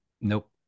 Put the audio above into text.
nope